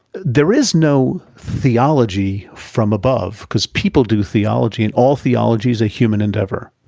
there is no theology from above because people do theology and all theology is a human endeavor,